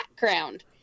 background